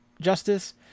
Justice